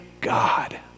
God